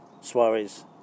Suarez